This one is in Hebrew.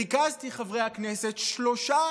ריכזתי, חברי הכנסת, שלושה